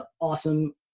awesome